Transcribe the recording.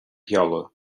sheoladh